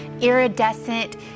iridescent